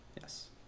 Yes